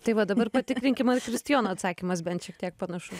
tai va dabar patikrinkim ar kristijono atsakymas bent šiek tiek panašus